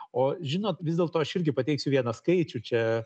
o žinot vis dėlto aš irgi pateiksiu vieną skaičių čia